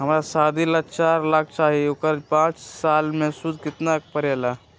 हमरा शादी ला चार लाख चाहि उकर पाँच साल मे सूद कितना परेला?